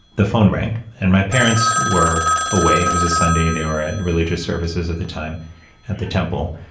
the phone rang, and my parents were away. it was a sunday, they were and religious services at the time at the temple.